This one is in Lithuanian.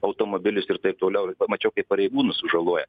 automobilius ir taip toliau ir pamačiau kaip pareigūnus sužaloja